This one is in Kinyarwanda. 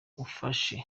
ufashe